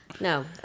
No